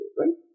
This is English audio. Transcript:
right